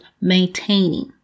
maintaining